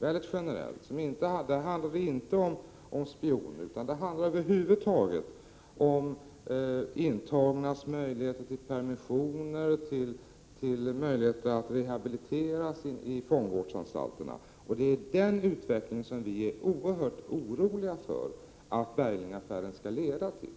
generellt sett har varit alldeles för slapp. Det handlar inte om spioner, utan över huvud taget om intagnas möjligheter att få permissioner och att rehabiliteras i fångvårdsanstalterna. Det är utvecklingen mot en skärpt kriminalvårdspolitik som vi är oerhört oroliga för att Berglingaffären skall leda till.